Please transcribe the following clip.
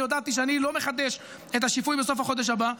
אני הודעתי שאני לא מחדש את השיפוי בסוף החודש הבא,